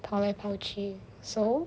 跑来跑去 so